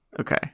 Okay